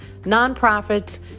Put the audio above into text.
nonprofits